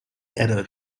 error